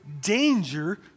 Danger